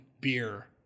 beer